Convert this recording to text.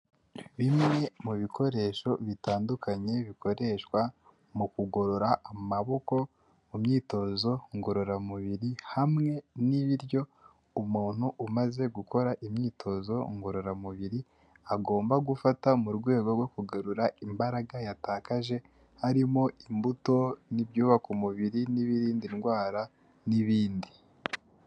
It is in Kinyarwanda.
Bimwe mu bikoresho bitandukanye bikoreshwa mu kugorora amaboko mu myitozo ngororamubiri hamwe n'ibiryo umuntu umaze gukora imyitozo ngororamubiri agomba gufata mu rwego rwo kugarura imbaraga yatakaje harimo imbuto n'ibyubaka umubiri n'ibiririnda indwara n'ibindi.